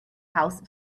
house